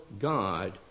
God